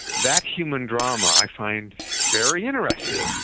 that human drama i find very interesting.